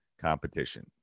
competition